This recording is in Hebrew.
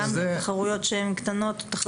שאלה תחרויות קטנות.